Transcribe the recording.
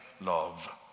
love